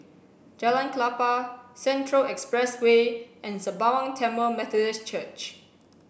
Jalan Klapa Central Expressway and Sembawang Tamil Methodist Church